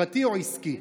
פרטי או עסקי.